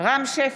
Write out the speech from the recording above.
רם שפע,